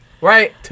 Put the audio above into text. Right